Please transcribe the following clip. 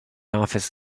office